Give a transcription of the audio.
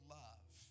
love